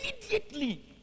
Immediately